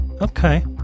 Okay